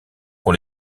pour